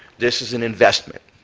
this is an investment.